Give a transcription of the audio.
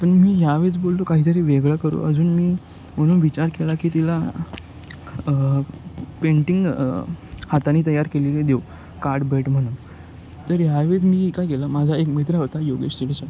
पण मी ह्या वेळेस बोललो काहीतरी वेगळं करू अजून मी म्हणून विचार केला की तिला पेंटिंग हाताने तयार केलेली देऊ कार्ड भेट म्हणून तर ह्या वेळेस मी काय केलं माझा एक मित्र होता योगेश शिरसाट